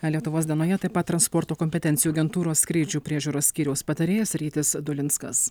lietuvos dienoje taip pat transporto kompetencijų agentūros skrydžių priežiūros skyriaus patarėjas rytis dulinskas